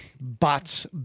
Bots